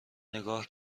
نگاه